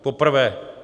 Poprvé.